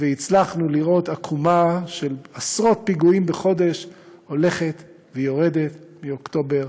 והצלחנו לראות עקומה של עשרות פיגועים בחודש הולכת ויורדת מאוקטובר.